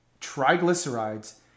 triglycerides